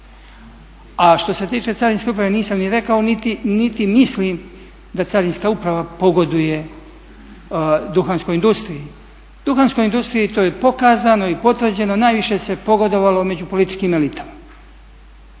A što se tiče Carinske uprave nisam ni rekao niti mislim da Carinska uprava pogoduje duhanskoj industriji. Duhanskoj industriji to je pokazano i potvrđeno. Najviše se pogodovalo među političkim elitama